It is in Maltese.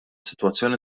sitwazzjoni